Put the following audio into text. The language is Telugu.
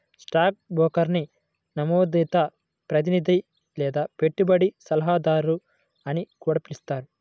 స్టాక్ బ్రోకర్ని నమోదిత ప్రతినిధి లేదా పెట్టుబడి సలహాదారు అని కూడా పిలుస్తారు